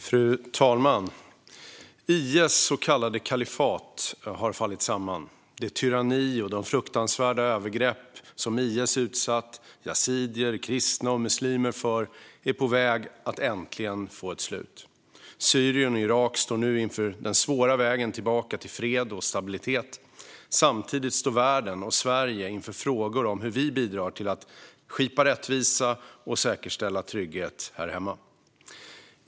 Fru talman! IS så kallade kalifat har fallit samman. Det tyranni och de fruktansvärda övergrepp som IS utsatt yazidier, kristna och muslimer för är på väg att äntligen få ett slut. Syrien och Irak står nu inför den svåra vägen tillbaka till fred och stabilitet. Samtidigt står världen och Sverige inför frågor om hur vi bidrar till att skipa rättvisa och säkerställa trygghet här hemma.